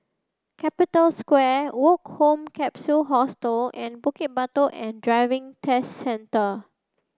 Capital Square Woke Home Capsule Hostel and Bukit Batok Driving and Test Centre